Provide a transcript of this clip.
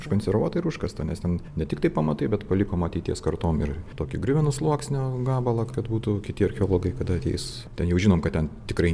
užkonservuota ir užkasta nes ten ne tiktai pamatai bet palikome ateities kartom ir tokį griuvenų sluoksnio gabalą kad būtų kiti archeologai kada ateis tan jau žinom kad ten tikrai